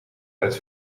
uit